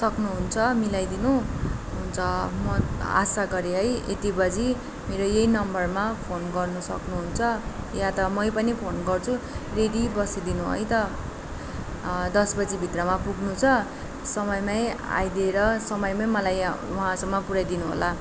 सक्नु हुन्छ मिलाई दिनु हुन्छ म आशा गरेँ है यति बजी मेरो यही नम्बरमा फोन गर्न सक्नु हुन्छ या त मै पनि फोन गर्छु रेडी बसिदिनु है त दस बजीभित्रमा पुग्नु छ समयमै आइदिएर समयमै मलाई वहाँसम्म पुऱ्याइदिनु होला